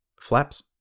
flaps